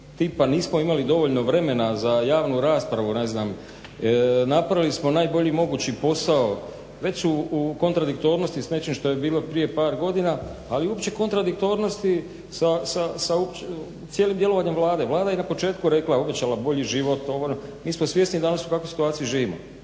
nismo imali dovoljno vremena za javnu raspravu ne znam, napravili smo najbolji mogući posao. Već su u kontradiktornosti s nečim što je bilo prije par godina, ali i uopće kontradiktornosti sa cijelim djelovanjem Vlade. Vlada je na početku rekla, obećala bolji život, ovo, ono. Mi smo svjesni danas u kakvoj situaciji živimo